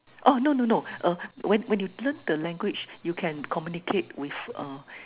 orh no no no uh when when you learn the language you can communicate with a